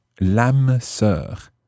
l'âme-sœur